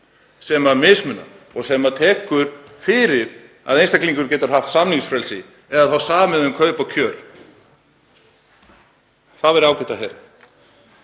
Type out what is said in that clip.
sem mismunar og sem tekur fyrir að einstaklingur geti haft samningsfrelsi eða samið um kaup og kjör. Það væri ágætt að heyra.